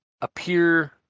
appear